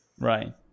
right